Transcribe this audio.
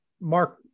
Mark